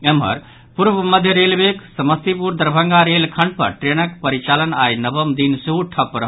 एम्हर पूर्व मध्य रेलवेक समस्तीपुर दरभंगा रेलखंड पर ट्रेनक परिचालन आइ नवम दिन सेहो ठप रहल